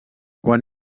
quan